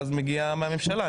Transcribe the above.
ואז מגיע מהממשלה,